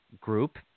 group